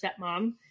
stepmom